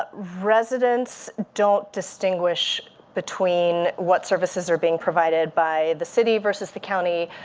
ah residents don't distinguish between what services are being provided by the city versus the county.